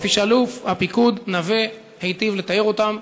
כפי שאלוף הפיקוד נוה היטיב לתאר אותם?